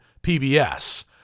PBS